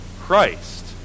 Christ